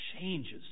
changes